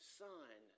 son